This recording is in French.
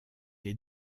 les